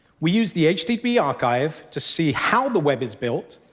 we use the http archive to see how the web is built,